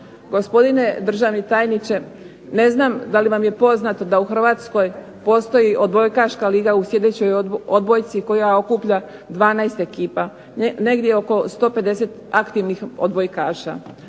Gospodine državni tajniče ne znam da li vam je poznato da u Hrvatskoj postoji odbojkaška liga u sjedećoj odbojci koja okuplja 12 ekipa, negdje oko 150 aktivnih odbojkaša,